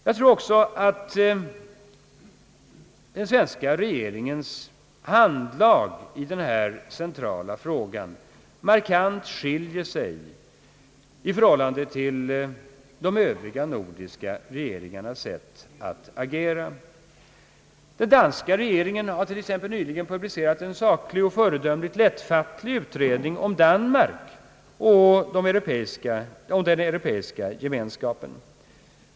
Jag tror också att svenska regeringens handlag i denna centrala fråga markant skiljer sig från de övriga nordiska regeringarnas sätt att agera. Den danska regeringen har t.ex. nyligen publicerat en saklig och föredömligt lättfattlig utredning om Danmark och den europeiska ekonomiska gemenskapen.